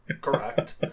correct